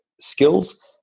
skills